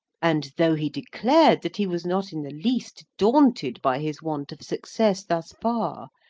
and though he declared that he was not in the least daunted by his want of success thus far,